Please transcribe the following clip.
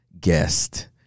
guest